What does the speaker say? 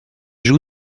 joue